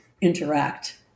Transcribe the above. interact